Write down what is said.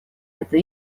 эта